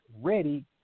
ready